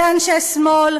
אלה אנשי שמאל.